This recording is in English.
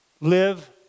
Live